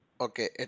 Okay